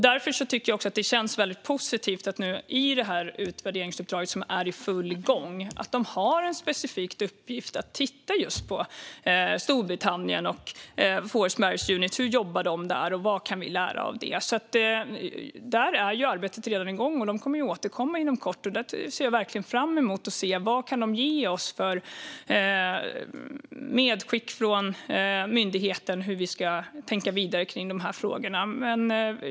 Därför tycker jag att det känns väldigt positivt att man i sitt utvärderingsuppdrag, som nu är i full gång, har den specifika uppgiften att titta just på Storbritannien, hur de jobbar med Forced Marriage Unit och vad vi kan lära av det. Där är arbetet redan igång, och man kommer att återkomma inom kort. Jag ser verkligen fram emot att se vad myndigheten kan ge oss för medskick om hur vi ska tänka vidare i de här frågorna.